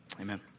Amen